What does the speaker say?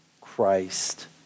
Christ